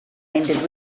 ended